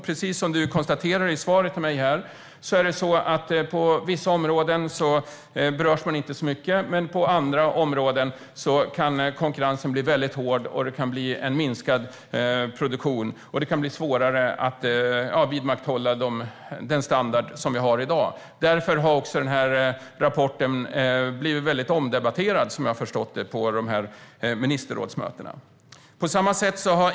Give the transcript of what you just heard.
Precis som du konstaterar i svaret till mig berörs man inte så mycket på vissa områden medan konkurrensen på andra områden kan bli mycket hård och produktionen minskad. Det kan bli svårare att vidmakthålla den standard som vi har i dag. Därför har också den här rapporten blivit mycket omdebatterad på ministerrådsmötena, som jag har förstått det.